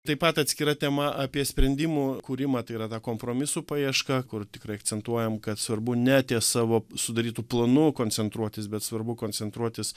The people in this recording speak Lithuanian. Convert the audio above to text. taip pat atskira tema apie sprendimų kūrimą tai yra ta kompromisų paieška kur tikrai akcentuojam kad svarbu ne ties savo sudarytu planu koncentruotis bet svarbu koncentruotis